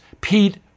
Pete